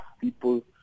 people